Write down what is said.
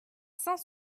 saint